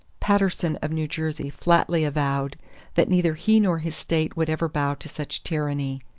paterson of new jersey flatly avowed that neither he nor his state would ever bow to such tyranny.